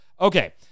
okay